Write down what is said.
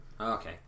okay